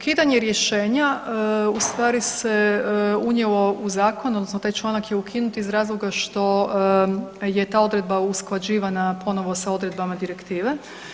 Ukidanje rješenja u stvari se unijelo u zakon odnosno taj članak je ukinut iz razloga što je ta odredba usklađivana ponovo sa odredbama direktive.